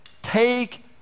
take